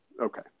okay